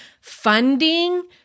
funding